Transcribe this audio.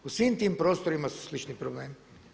U svim tim prostorima su slični problemi.